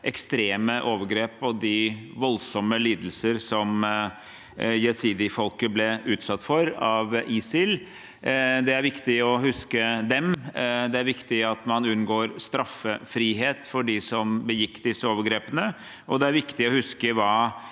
ekstreme overgrep og de voldsomme lidelser som jesidifolket ble utsatt for av ISIL. Det er viktig å huske dem. Det er viktig at man unngår straffefrihet for dem som begikk disse overgrepene, og det er viktig å huske hva